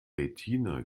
retina